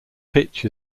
pitch